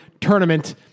tournament